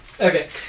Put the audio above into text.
Okay